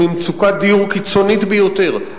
ממצוקת דיור קיצונית ביותר,